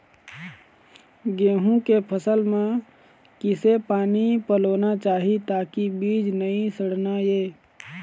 गेहूं के फसल म किसे पानी पलोना चाही ताकि बीज नई सड़ना ये?